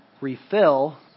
refill